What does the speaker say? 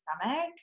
stomach